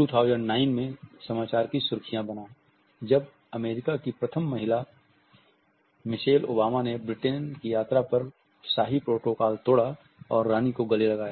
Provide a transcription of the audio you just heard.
2009 में समाचार की सुर्खियाँ बना जब अमेरिका की प्रथम महिला मिशेलओबामा ने ब्रिटेन की यात्रा पर शाही प्रोटोकॉल तोड़ा और रानी को गले लगाया